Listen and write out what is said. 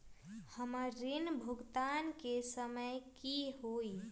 हमर ऋण भुगतान के समय कि होई?